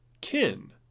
kin